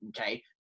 okay